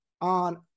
on